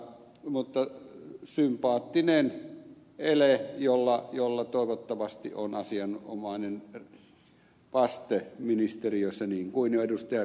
mutta sympaattinen ele jolla toivottavasti on asianomainen vaste ministeriössä niin kuin jo ed